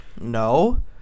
No